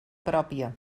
pròpia